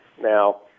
Now